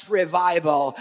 revival